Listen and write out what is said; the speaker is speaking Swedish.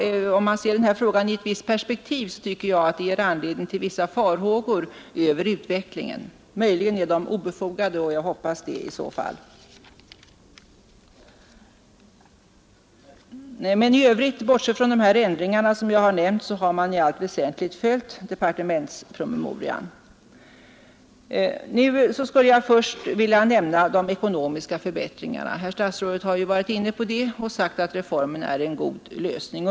Om man ser denna fråga i ett tidsperspektiv, tycker jag det ger anledning till vissa farhågor för utvecklingen. Möjligen är de farhågorna obefogade; jag hoppas det i varje fall. I övrigt — bortsett från de ändringar som jag har nämnt — har man i allt väsentligt följt departementspromemorian. Nu skulle jag först vilja nämna de ekonomiska förbättringarna. Herr statsrådet har varit inne på det och sagt att reformen utgör en god Nr 86 lösning.